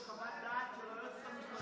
יש חוות דעת של היועצת המשפטית,